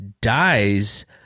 dies